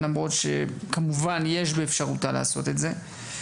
למרות שכמובן יש באפשרותה לעשות את זה.